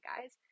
guys